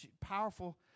Powerful